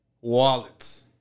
Wallets